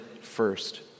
first